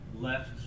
left